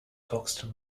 foxton